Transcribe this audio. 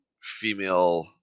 female